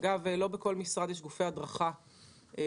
אגב לא בכל משרד יש גופי הדרכה פעילים.